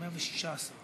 מאה ושישה עשר.